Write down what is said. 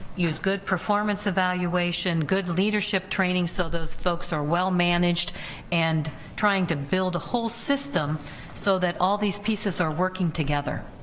use good performance evaluation, good leadership training. so those folks are well managed and trying to build a whole system so that all these pieces are working together.